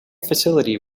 facility